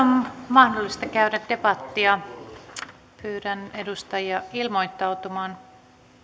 mahdollista käydä debattia pyydän edustajia ilmoittautumaan